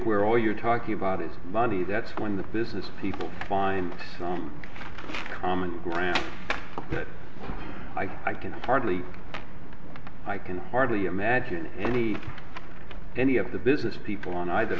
where all you're talking about is money that's when the business people find some common ground i can hardly i can hardly imagine any any of the business people on either